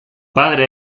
padre